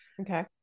Okay